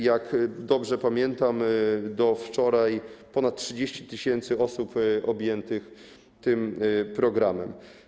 Jak dobrze pamiętam, do wczoraj ponad 30 tys. osób zostało objętych tym programem.